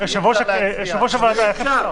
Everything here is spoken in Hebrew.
הצבעה ההסתייגות לא אושרה.